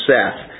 Seth